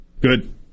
Good